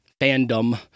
fandom